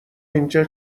اینجا